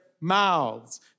mouths